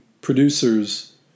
producers